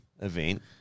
event